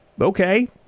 Okay